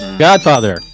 Godfather